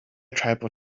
tribal